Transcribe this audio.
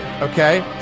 okay